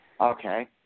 Okay